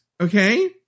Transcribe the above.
okay